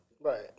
Right